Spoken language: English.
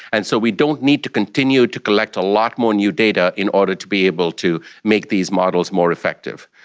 and so we don't need to continue to collect a lot more new data in order to be able to make these models more effective.